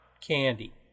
candy